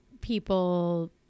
people